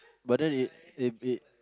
but then it it it